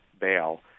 bail